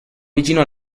vicino